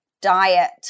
diet